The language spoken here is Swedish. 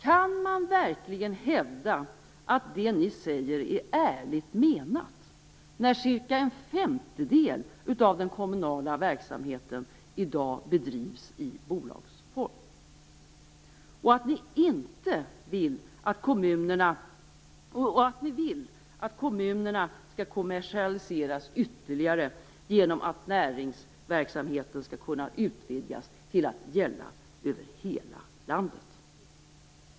Kan man verkligen hävda att det ni säger är ärligt menat när cirka en femtedel av den kommunala verksamheten i dag bedrivs i bolagsform och att ni vill att kommunerna skall kommersialiseras ytterligare genom att näringsverksamheten skall kunna utvidgas till att gälla över hela landet?